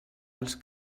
els